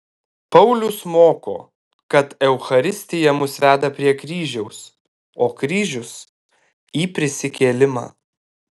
paulius moko kad eucharistija mus veda prie kryžiaus o kryžius į prisikėlimą